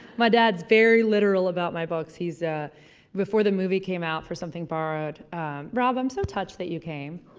my dad's very literal about my books he's ah before the movie came out for something borrowed rob, i'm so touched that you came.